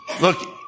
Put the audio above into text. look